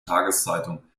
tageszeitung